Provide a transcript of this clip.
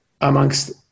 amongst